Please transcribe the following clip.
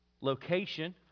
location